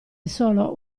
solo